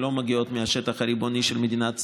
הן לא מגיעות מהשטח הריבוני של מדינת ישראל.